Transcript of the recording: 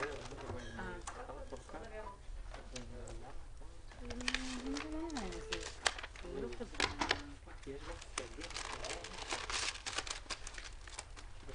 11:07.